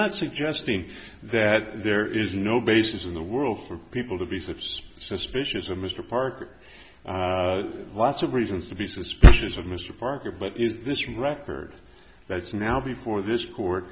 not suggesting that there is no basis in the world for people to be suspicious of mr parker lots of reasons to be suspicious of mr parker but is this record that's now before this court